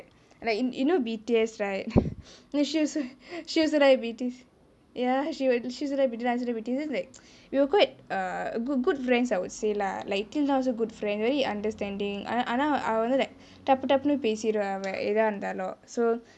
like in you know B_T_S right she also she also like B_T_S ya she she also like B_T_S I also like B_T_S so like we were quite err good good friends I would say lah like until now also good friends very understanding ஆனா ஆனா அவ வந்து:aana aana ava vanthu like டப்பு டப்புன்னு பேசிடுவா அவ ஏதா இருந்தாலும்:tappu tappunu pesiduvaa ava yethaa irunthaalum so